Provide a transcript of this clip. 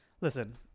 Listen